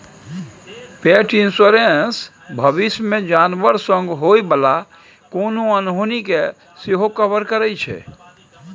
पेट इन्स्योरेन्स भबिस मे जानबर संग होइ बला कोनो अनहोनी केँ सेहो कवर करै छै